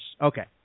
Okay